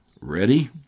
Ready